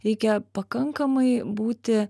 reikia pakankamai būti